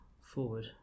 forward